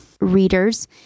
readers